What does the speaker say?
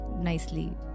nicely